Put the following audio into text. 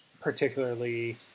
particularly